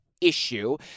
issue